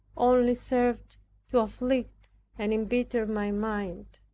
only served to afflict and embitter my mind.